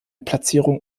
platzierung